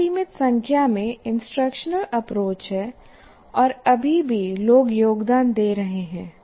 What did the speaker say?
असीमित संख्या में इंस्ट्रक्शनल अप्रोच हैं और अभी भी लोग योगदान दे रहे हैं